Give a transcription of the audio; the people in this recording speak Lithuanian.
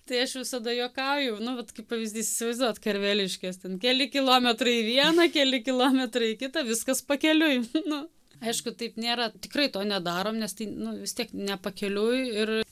tai aš visada juokauju nu vat kaip pavyzdys įsivaizduojat karveliškės ten keli kilometrai į vieną keli kilometrai į kitą viskas pakeliui nu aišku taip nėra tikrai to nedarom nes tai nu vis tiek ne pakeliui ir